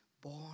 born